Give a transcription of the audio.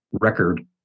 record